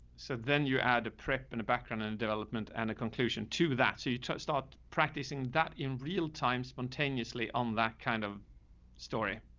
so then you add a prep and a background and development and a conclusion to that. so you start practicing that in real time, spontaneously on that kind of story.